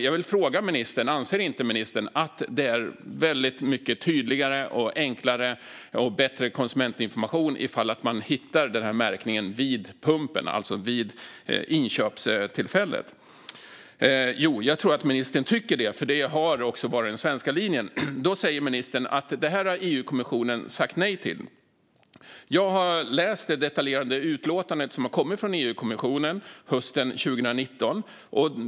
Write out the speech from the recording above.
Jag vill fråga ministern om hon inte anser att det är väldigt mycket tydligare, enklare och bättre konsumentinformation om man kan hitta märkningen vid pumpen, alltså vid köptillfället. Jag tror att ministern tycker det, för det har också varit den svenska linjen. Men då säger ministern att det här har EU-kommissionen sagt nej till. Jag har läst det detaljerade utlåtandet från EU-kommissionen hösten 2019.